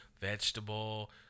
vegetable